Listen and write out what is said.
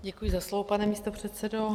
Děkuji za slovo, pane místopředsedo.